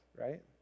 right